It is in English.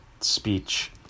speech